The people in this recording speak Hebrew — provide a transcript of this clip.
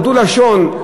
הדו-לשון,